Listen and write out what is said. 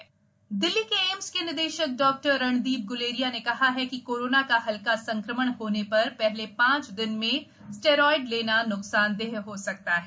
Guleria steroid Delhi के एम्स के निदेशक डॉक्टर रणदीप गुलेरिया ने कहा है कि कोरोना का हल्का संक्रमण होने पर पहले पांच दिन में स्टेरॉएड लेना नुकसानदेह हो सकता है